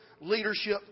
leadership